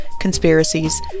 conspiracies